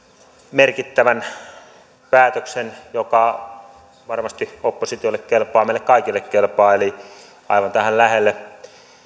merkittävän päätöksen joka varmasti oppositiolle kelpaa meille kaikille kelpaa eli aivan tähän lähelle